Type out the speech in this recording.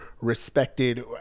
respected